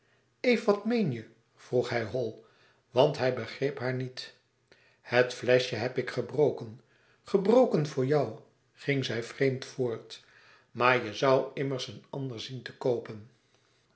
eve wat meen je vroeg hij hol want hij begreep haar niet het fleschje heb ik gebroken gebroken voor jou ging zij vreemd voort maar je zoû immers een ander zien te koopen